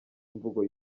imvugo